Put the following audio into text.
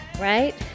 right